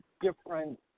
different